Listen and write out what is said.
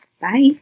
Bye